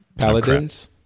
Paladins